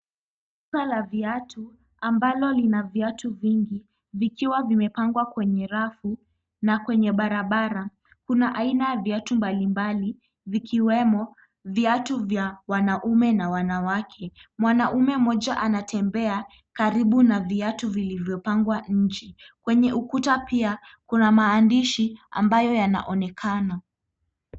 Duka la viatu ambalo lina viatu vingi, vikiwa vimepangwa kwenye rafu na kwenye barabara. Kuna aina ya viatu mbalimbali, vikiwemo viatu vya wanaume na wanawake. Mwanaume mmoja anatembea karibu na viatu vilivyopangwa nje. Kwenye ukuta pia kuna maandishi ambayo yanaonekana.